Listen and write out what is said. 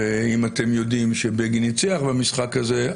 אם אתם יודעים שבגין ניצח במשחק הזה,